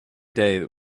day